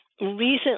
recently